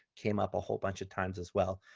came up a whole bunch of times as well.